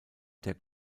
der